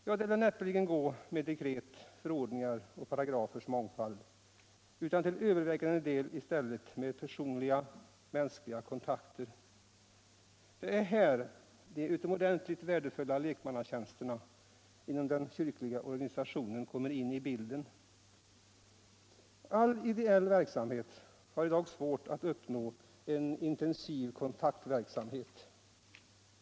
Ja, det lär näppeligen gå med dekret, förordningar och paragrafers mångfald, utan man får i stället till övervägande del försöka med personliga, mänskliga kontakter. Det är här de utomordentligt värdefulla lekmannatjänsterna inom den kyrkliga organisationen kommer in i bilden. : All ideell verksamhet har i dag svårt att uppnå en intensiv kontaktverksamhet.